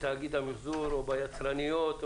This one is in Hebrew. בתאגיד המיחזור או ביצרניות,